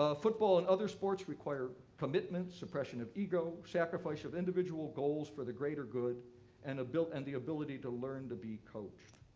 ah football and other sports require commitment, suppression of ego, sacrifice of individual goals for the greater good and and the ability to learn to be coached.